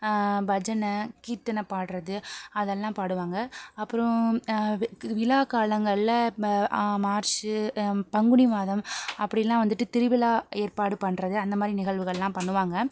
பஜனை கீர்த்தனை பாடுறது அதெல்லாம் பாடுவாங்க அப்புறம் விழா காலங்கள்ல ப மார்ச் பங்குனி மாதம் அப்படில்லாம் வந்துட்டு திருவிழா ஏற்பாடு பண்ணுறது அந்த மாதிரி நிகழ்வுகள்லாம் பண்ணுவாங்க